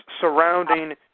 surrounding